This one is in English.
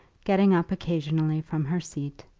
getting up occasionally from her seat,